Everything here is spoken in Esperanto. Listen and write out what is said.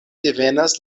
devenas